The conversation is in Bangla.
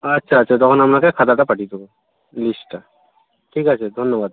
আচ্ছা আচ্ছা তখন আপনাকে খাতাটা পাঠিয়ে দেবো লিস্টটা ঠিক আছে ধন্যবাদ